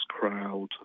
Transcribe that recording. crowd